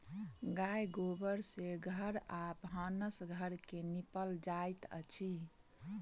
गाय गोबर सँ घर आ भानस घर के निपल जाइत अछि